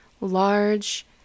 large